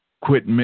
quit